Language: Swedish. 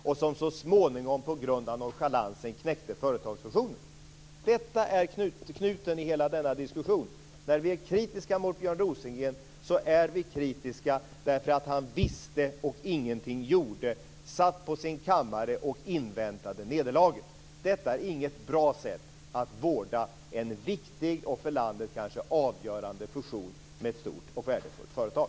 Denna nonchalans knäckte så småningom företagsfusionen. Detta är knuten i hela denna diskussion. Vi är kritiska mot Björn Rosengren därför att han visste och ingenting gjorde. Han satt på sin kammare och inväntade nederlaget. Detta är inget bra sätt att vårda en viktig och för landet kanske avgörande fusion med ett stort och värdefullt företag.